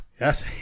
Yes